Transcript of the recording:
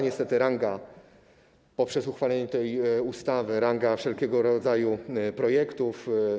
Niestety spada, poprzez uchwalenie tej ustawy, ranga wszelkiego rodzaju projektów.